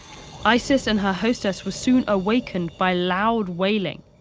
isis and her hostess were soon awakened by loud wailing.